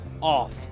off